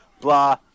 blah